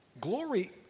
Glory